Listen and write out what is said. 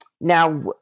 Now